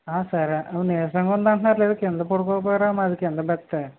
సరే నీరసంగా ఉందంటున్నారు కదా కింద పడుకోకపోయారా మాది కింద బెర్తే